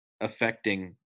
affecting